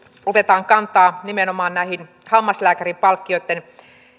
otetaan kantaa nimenomaan hammaslääkäripalkkioitten